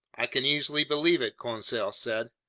i can easily believe it, conseil said.